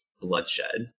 bloodshed